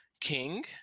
King